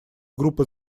группы